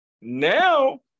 now